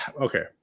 Okay